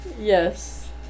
Yes